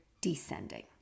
descending